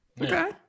Okay